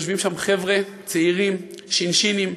יושבים שם חבר'ה צעירים, שין-שינים,